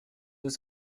deux